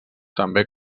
també